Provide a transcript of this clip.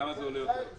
כמה זה עולה יותר?